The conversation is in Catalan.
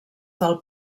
del